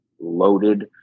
loaded